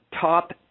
top